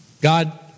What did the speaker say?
God